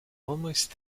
almost